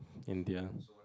India